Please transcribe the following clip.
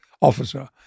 officer